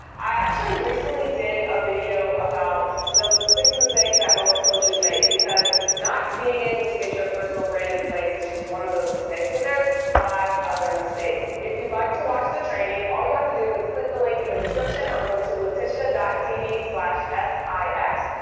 i actually recently did a video about the six mistakes that most coaches make because not being able to get your personal brand in place is just one of those mistakes. but there's five other mistakes. if you'd like to watch the training, all you have to do is click the link in the description or go to latisha tv s i x.